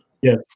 Yes